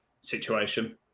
situation